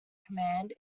command